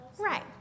Right